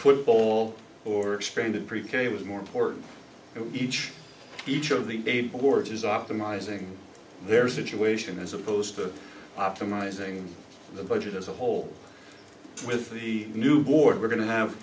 football or expanded pre k was more important each teacher of the game board is optimizing their situation as opposed to optimizing the budget as a whole with the new board we're going to have